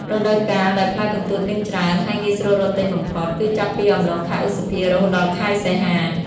រដូវកាលដែលផ្លែកន្ទួតមានច្រើន ហើយងាយស្រួលរកទិញបំផុត គឺចាប់ពីអំឡុង ខែឧសភា រហូតដល់ខែសីហា។